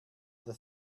the